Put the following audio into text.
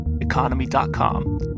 economy.com